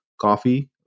coffee